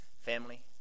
family